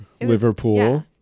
Liverpool